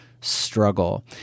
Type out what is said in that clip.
struggle